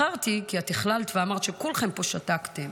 בחרתי, כי את הכללת ואמרת: כולכם פה שתקתם.